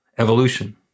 Evolution